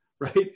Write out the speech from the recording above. Right